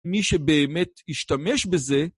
מי שבאמת ישתמש בזה